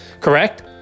correct